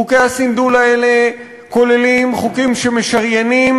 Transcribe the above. חוקי הסנדול האלה כוללים חוקים שמשריינים